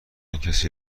کسی